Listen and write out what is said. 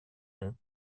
ont